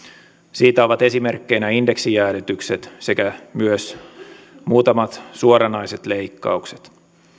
siitä ovat esimerkkeinä indeksijäädytykset sekä myös muutamat suoranaiset leikkaukset